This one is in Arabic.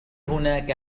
هناك